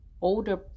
older